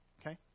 okay